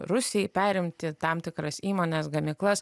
rusijai perimti tam tikras įmones gamyklas